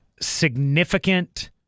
significant